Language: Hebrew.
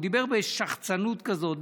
דיבר בשחצנות כזאת,